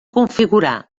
configurar